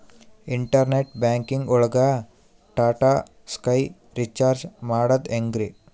Internet banking ಒಳಗ್ Tata sky recharge ಮಾಡದ್ ಹೆಂಗ್ರೀ?